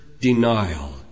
denial